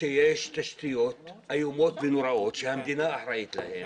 שיש תשתיות איומות ונוראות שהמדינה אחראית להן